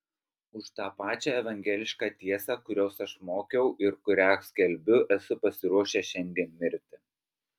už tą pačią evangelišką tiesą kurios aš mokiau ir kurią skelbiu esu pasiruošęs šiandien mirti